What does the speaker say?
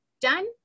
done